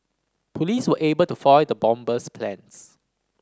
police were able to foil the bomber's plans